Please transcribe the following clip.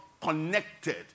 connected